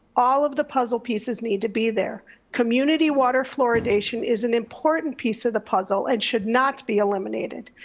all of the puzzle pieces need to be there. community water fluoridation is an important piece of the puzzle and should not be eliminated.